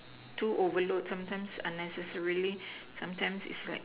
too overload sometimes unnecessarily sometimes is like